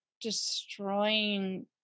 destroying